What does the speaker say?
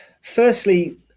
Firstly